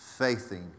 faithing